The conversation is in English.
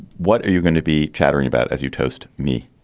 what are you going to be chattering about as you toast me?